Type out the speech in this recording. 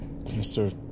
Mr